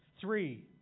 three